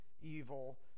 evil